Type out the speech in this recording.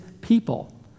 people